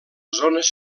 zones